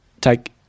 take